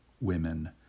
women